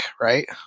right